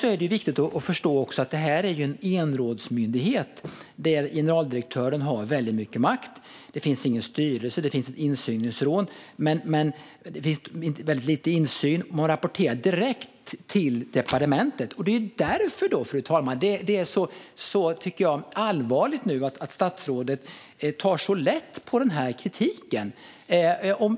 Det är också viktigt att känna till att detta är en enrådsmyndighet, där generaldirektören har väldigt mycket makt. Det finns ingen styrelse. Det finns ett insynsråd, men man har väldigt lite insyn. Generaldirektören rapporterar direkt till departementet. Därför är det allvarligt att statsrådet tar så lätt på kritiken.